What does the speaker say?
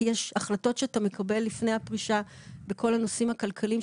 כי יש החלטות שאתה מקבל לפני הפרישה בכל הנושאים הכלכליים,